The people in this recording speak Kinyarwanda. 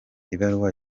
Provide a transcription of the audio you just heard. ibaruwa